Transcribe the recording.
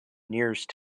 nearest